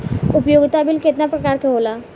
उपयोगिता बिल केतना प्रकार के होला?